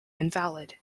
invalid